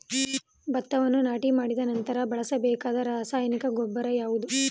ಭತ್ತವನ್ನು ನಾಟಿ ಮಾಡಿದ ನಂತರ ಬಳಸಬೇಕಾದ ರಾಸಾಯನಿಕ ಗೊಬ್ಬರ ಯಾವುದು?